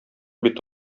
бит